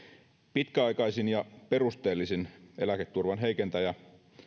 pitkäaikaisin ja perusteellisin eläketurvan heikentäjä